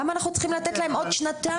למה אנחנו צריכים לתת להם עוד שנתיים?